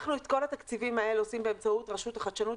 את כל התקציבים האלה עושים באמצעות רשות החדשנות,